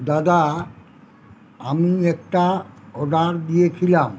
দাদা আমি একটা অর্ডার দিয়েছিলাম